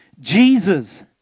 Jesus